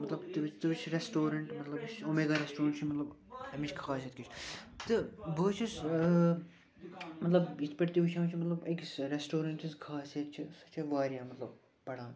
مطلب تہٕ ژٕ وٕچھ رٮ۪سٹورنٛٹ مطلب یُس اُمیگا رٮ۪سٹورنٛٹ چھُ مطلب اَمِچ خاصیت کیٛاہ چھِ تہٕ بہٕ حظ چھُس مطلب یِتھ پٲٹھۍ تُہۍ وٕچھان چھُو أکِس رٮ۪سٹورنٛٹَس خاصیت چھےٚ سۄ چھِ واریاہ مطلب پڑان